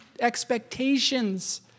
expectations